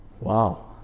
Wow